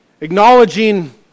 acknowledging